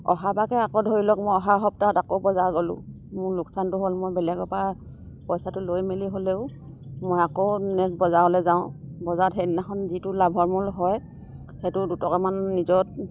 অহাবাৰকে আকৌ ধৰি লওক মই অহা সপ্তাহত আকৌ বজাৰ গ'লোঁ মোৰ লোকচানটো হ'ল মই বেলেগৰ পৰা পইচাটো লৈ মেলি হ'লেও মই আকৌ নেক্সট বজাৰলে যাওঁ বজাৰত সেইদিনাখন যিটো লাভৰ মূল হয় সেইটো দুটকামান নিজত